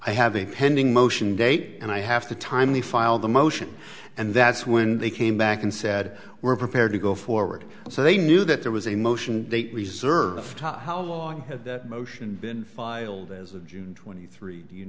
i have a pending motion date and i have to timely file the motion and that's when they came back and said we're prepared to go forward so they knew that there was a motion they reserve top how long had the motion been filed as of june twenty three you